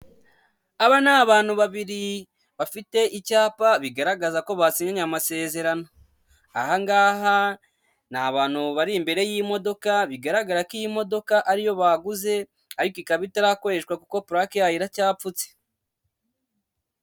Aba ni abantu babiri bafite icyapa bigaragaza ko basinyanye amasezerano, aha ngaha ni abantu bari imbere y'imodoka bigaragara ko iyi modoka ari iyo baguze, ariko ikaba itarakoreshwa kuko purake yayo iracyapfutse.